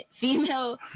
female